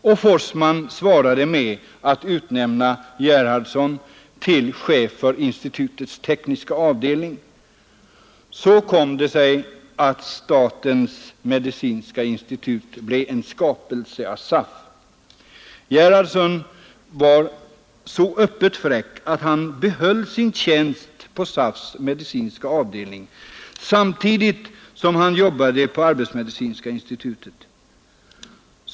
Och Forssman svarade med att utnämna Gerhardsson till chef för institutets tekniska avdelning. Så kom det sig att statens Arbetsmedicinska Institut blev en skapelse av SAF. ——— Gerhardsson var så öppet fräck att han behöll sin tjänst på SAF:s medicinska avdelning samtidigt som han jobbade på Arbetsmedicinska Institutet.